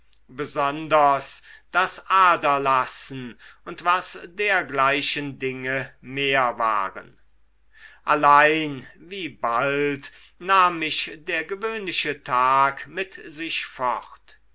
besonders das aderlassen und was dergleichen dinge mehr waren allein wie bald nahm mich der gewöhnliche tag mit sich fort